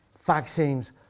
vaccines